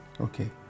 Okay